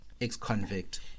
ex-convict